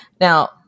Now